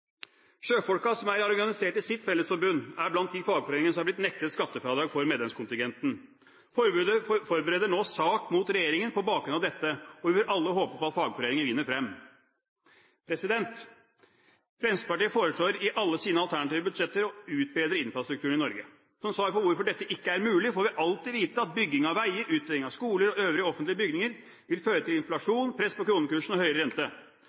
Sjøfolka som er organisert i sitt fellesforbund, er blant de fagforeningene som er blitt nektet skattefradrag for medlemskontingenten. Forbundet forbereder nå sak mot regjeringen på bakgrunn av dette, og vi bør alle håpe på at fagforeningen vinner frem. Fremskrittspartiet foreslår i alle sine alternative budsjetter å utbedre infrastrukturen i Norge. Som svar på hvorfor dette ikke er mulig, får vi alltid vite at bygging av veier, utbedring av skoler og øvrige offentlige bygninger vil føre til inflasjon, press på kronekursen og høyere rente.